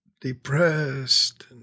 depressed